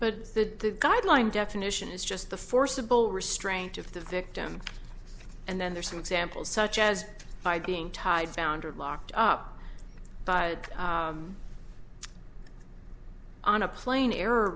but the guideline definition is just the forcible restraint of the victim and then there are some examples such as being tied foundered locked up by on a plane error